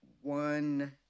one